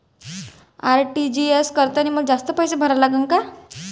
RTGS करतांनी मले जास्तीचे पैसे भरा लागन का?